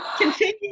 continue